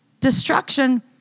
destruction